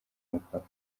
umupaka